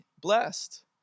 blessed